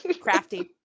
Crafty